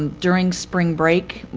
and during spring break,